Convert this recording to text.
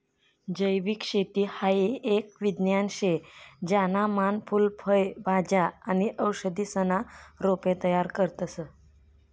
जैविक शेती हाई एक विज्ञान शे ज्याना मान फूल फय भाज्या आणि औषधीसना रोपे तयार करतस